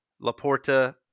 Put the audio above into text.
Laporta